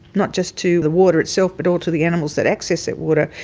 not just to the water itself but all to the animals that access that water,